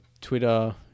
Twitter